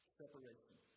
separation